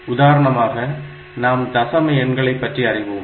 உதாரணமாக நாம் தசம எண்களை பற்றி அறிவோம்